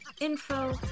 info